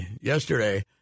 yesterday